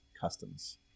customs